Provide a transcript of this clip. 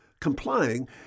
Complying